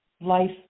Life